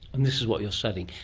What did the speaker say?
and this is what you are studying.